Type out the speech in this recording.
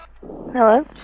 Hello